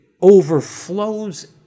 overflows